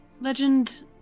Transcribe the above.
Legend